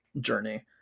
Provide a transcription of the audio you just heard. journey